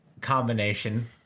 combination